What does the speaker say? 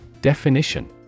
Definition